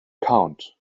count